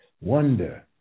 wonder